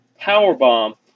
powerbomb